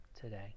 today